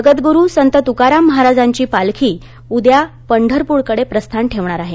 जगद्रूरू संत तुकाराम महाराजांची पालखी उद्या पंढरपूरकडे प्रस्थान ठेवणार आहे